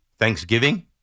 Thanksgiving